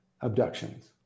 abductions